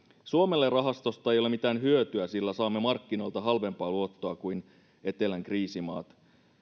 suomelle rahastosta ei ole mitään hyötyä sillä saamme markkinoilta halvempaa luottoa kuin etelän kriisimaat